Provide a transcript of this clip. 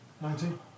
Nineteen